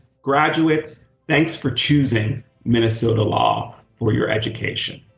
graduates, thanks for choosing minnesota law for your education.